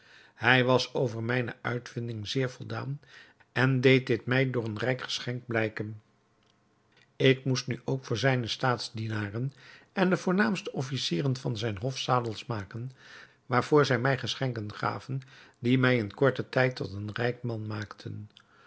hij was over mijne uitvinding zeer voldaan en deed mij dit door een rijk geschenk blijken ik moest nu ook voor zijne staatsdienaren en de voornaamste officieren van zijn hof zadels maken waarvoor zij mij geschenken gaven die mij in korten tijd tot een rijk man maakten